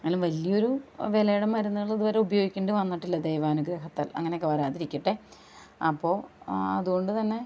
എന്നാലും വലിയ ഒരു വിലയുടെ മരുന്നുകൾ ഇതുവരെ ഉപയോഗിക്കേണ്ടി വന്നിട്ടില്ല ദൈവാനുഗ്രഹത്താൽ അങ്ങനെയൊക്കെ വരാതിരിക്കട്ടെ അപ്പോൾ അതുകൊണ്ട് തന്നെ